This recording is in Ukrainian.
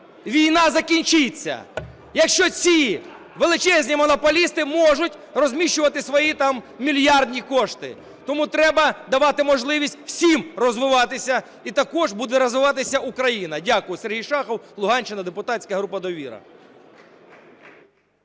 війна закінчиться. Якщо ці величезні монополісти можуть розміщувати свої там мільярдні кошти. Тому треба давати можливість всім розвиватися, і також буде розвиватися Україна. Дякую. Сергій Шахов, Луганщина, Депутатська група "Довіра".